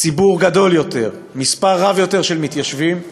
ציבור גדול יותר, מספר רב יותר של מתיישבים,